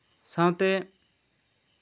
ᱥᱟᱶᱛᱮ